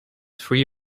three